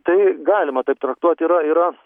tai galima traktuot yra yra